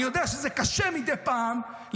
אני יודע שזה קשה מדי פעם,